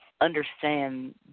understand